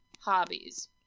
hobbies